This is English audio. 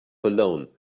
alone